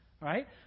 right